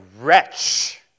wretch